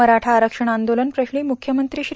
मराठा आरक्षण आंदोलन प्रश्नी मुख्यमंत्री श्री